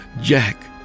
Jack